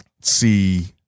see